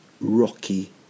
Rocky